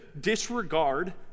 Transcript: disregard